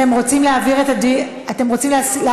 אתם רוצים להעביר את הנושא לוועדה?